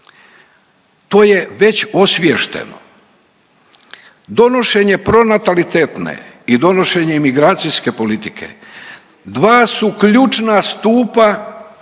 To je već osviješteno. Donošenje pronatalitetne i donošenje imigracijske politike dva su ključna stupa